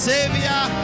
Savior